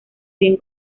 bien